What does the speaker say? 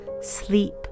sleep